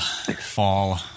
fall